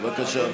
בבקשה.